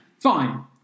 Fine